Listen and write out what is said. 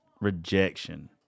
rejection